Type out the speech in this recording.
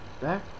back